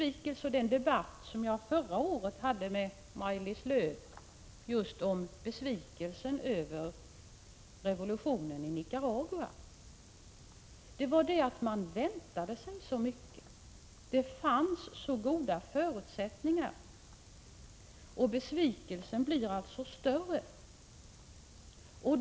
I en debatt som jag förra året förde med Maj-Lis Lööw kom besvikelsen över revolutionen i Nicaragua till uttryck. Man hade väntat sig så mycket av den. Det fanns så goda förutsättningar, och besvikelsen blev då desto större.